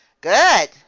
Good